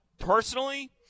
Personally